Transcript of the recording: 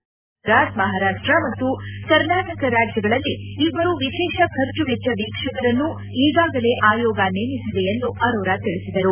ತಮಿಳು ನಾಡು ಗುಜರಾತ್ ಮಹಾರಾಷ್ಟ ಮತ್ತು ಕರ್ನಾಟಕ ರಾಜ್ಯಗಳಲ್ಲಿ ಇಬ್ಬರು ವಿಶೇಷ ಖರ್ಚುವೆಚ್ವ ವೀಕ್ಷಕರನ್ನು ಈಗಾಗಲೇ ಆಯೋಗ ನೇಮಿಸಿದೆ ಎಂದು ಅರೋರಾ ತಿಳಿಸಿದರು